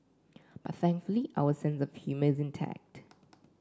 but thankfully our sense of humour is intact